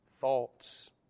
Thoughts